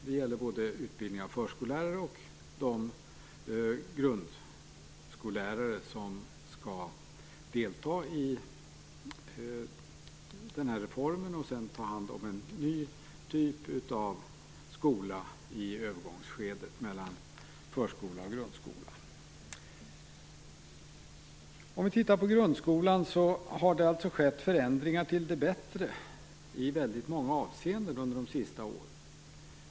Det gäller både utbildningen av förskollärare och de grundskollärare som skall delta i reformen och sedan ta hand om en ny typ av skola i övergångsskedet mellan förskola och grundskola. I grundskolan har förändringar till det bättre skett i många avseenden under de senaste åren.